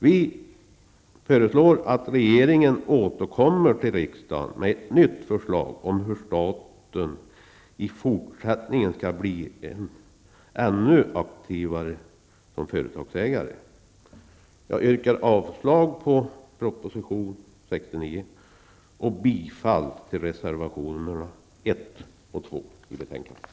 Vi föreslår att regeringen återkommer till riksdagen med ett nytt förslag om hur staten i fortsättningen skall bli ännu aktivare som företagsägare. Jag yrkar avslag på proposition 69 och bifall till reservationerna 1 och 2 till betänkandet.